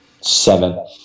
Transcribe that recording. Seven